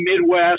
Midwest